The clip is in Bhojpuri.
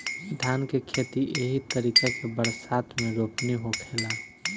धान के खेती एही तरीका के बरसात मे रोपनी होखेला